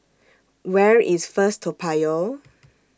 Where IS First Toa Payoh